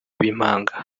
b’impanga